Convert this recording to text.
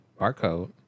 barcode